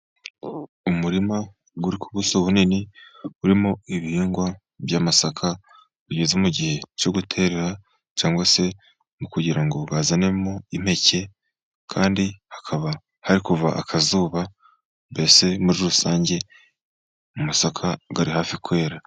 Umurima guri kubuso bunini, gurimo ibihingwa by'amasaka bigeze mu gihe cyo guterera, cyangwa se mu kugirango gazanemo impeke. Kandi hakaba hari kuva akazuba, mbese muri rusange, amasaka ari hafi kwera.